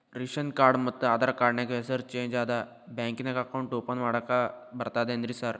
Ration card ಮತ್ತ Aadhaar card ನ್ಯಾಗ ಹೆಸರು ಚೇಂಜ್ ಅದಾ ಬ್ಯಾಂಕಿನ್ಯಾಗ ಅಕೌಂಟ್ ಓಪನ್ ಮಾಡಾಕ ಬರ್ತಾದೇನ್ರಿ ಸಾರ್?